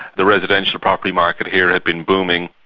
the residential property market here had been booming,